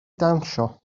dawnsio